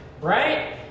Right